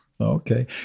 Okay